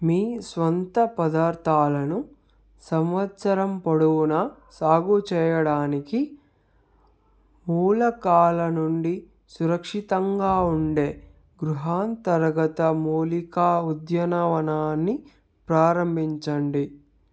మీ స్వంత పదార్థాలను సంవత్సరం పొడవునా సాగుచేయడానికి మూలకాల నుండి సురక్షితంగా ఉండే గృహాంతర్గత మూలికా ఉద్యానవనాన్ని ప్రారంభించండి